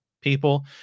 people